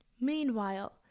Meanwhile